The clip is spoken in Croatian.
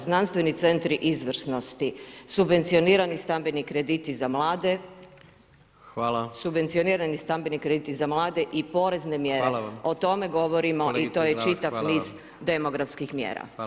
Znanstveni centri izvrsnosti, subvencionirani stambeni krediti za mlade [[Upadica predsjednik: Hvala.]] Subvencionirani stambeni krediti za mlade i porezne mjere [[Upadica: Hvala vam, kolegice Glavak, hvala vam.]] O tome govorimo i to je čitav niz demografskih mjera.